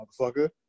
motherfucker